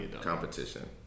competition